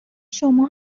شما